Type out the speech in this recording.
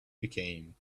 became